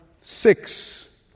Six